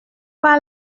pas